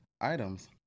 items